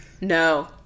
no